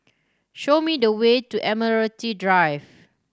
show me the way to Admiralty Drive